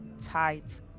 tight